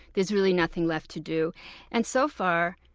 there's really nothing left to do and so far,